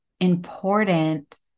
important